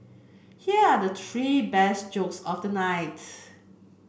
here are the three best jokes of the night